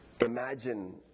imagine